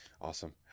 awesome